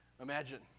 Imagine